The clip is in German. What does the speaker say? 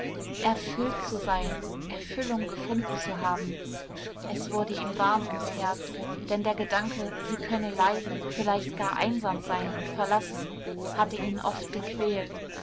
erfüllt zu sein erfüllung gefunden zu haben es wurde ihm warm ums herz denn der gedanke sie könne leiden vielleicht gar einsam sein und verlassen hatte ihn oft gequält